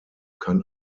kann